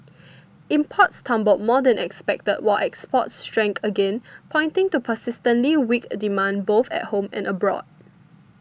imports tumbled more than expected while exports shrank again pointing to persistently weak demand both at home and abroad